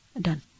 done